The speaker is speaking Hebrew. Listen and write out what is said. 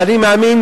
ואני מאמין,